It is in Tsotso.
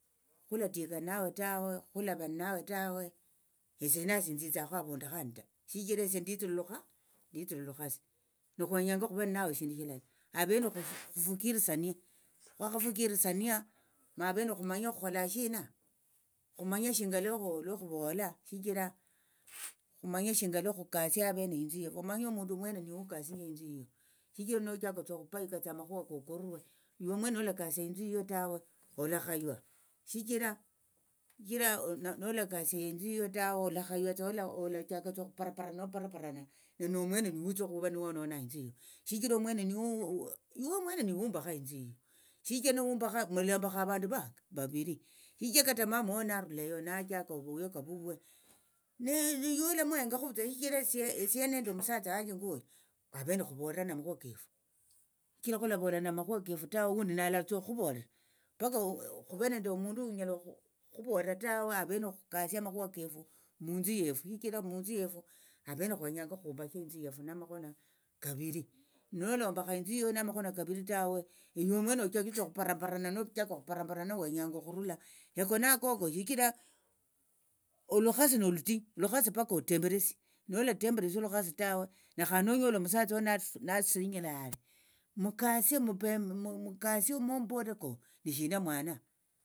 Khulatika ninawe tawe khulava nawe tawe esie nasi enthithakhu avundu khandi ta shichira esie nditsire lukha nditsire lukhasi nikhwenyanga khuve nawe eshindu shilala avene khufuchirisiane khwakhafuchirisiana mavene khumanye khukhola shina khumanye shinga lukhuvola shichira khumanye shinga lukhukasia avene inthu yefu omanye omundu omwene niwe ukasinjia inthu yiyo shichira nochaka okhupayukatsa amakhuwa kokurwe yiwe omwene nolakasia inthu yiyo tawe olakhaywa shichira shichira nolakasia inthu yiyo tawe olakhaywa alachakatsa okhuparapara noparaparana niniwe omwene niwe witsa okhuva nuwonona inthu yiyo iwo omwene niwe wumbakha inthu shichira nihumbakha mulombakha avandu vanga vaviri shichira kata mamawo naruleyo nachaka ovuyoka vuvwe ewe olamuyengakhutsa yiwe shichira esie ende nende omusatsa wanje ngwoyu avene khuvolerane amakhuwa kefu shichira khulavolana amakhuwa kefu tawe nohundi naye aletsa okhuvolera paka khuve nende omundu unyala okhuvolera tawe avene khukasie amakhuwa kefu munthu yefu shichira avene khwenyanga khumbashe inthu yefu namakhono kaviri nolombakha inthu yiyo namakhono kaviri tawe iwe omwene ochachetsa okhuparaparana nochaka okhuparaparana wenyanga okhurula yako nakoko shichira olukhasi nolutinyu olukhasi paka otemberesie nolatemberesia olukhasi tawe nekhandi nonyola omusatsa wuo nasi nalisinyilale mukasi mupe momumbolere mbu ko ni shina mwana.